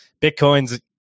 Bitcoin's